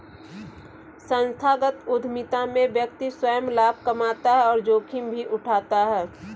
संस्थागत उधमिता में व्यक्ति स्वंय लाभ कमाता है और जोखिम भी उठाता है